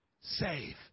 save